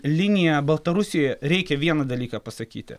liniją baltarusijoje reikia vieną dalyką pasakyti